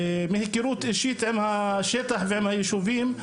מהיכרות אישית עם השטח ועם היישובים,